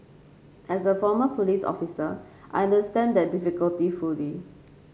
as a former police officer I understand that difficulty fully